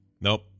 Nope